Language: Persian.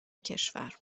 کشور